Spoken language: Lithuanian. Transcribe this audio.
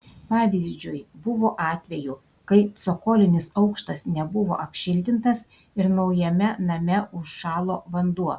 pavyzdžiui buvo atvejų kai cokolinis aukštas nebuvo apšiltintas ir naujame name užšalo vanduo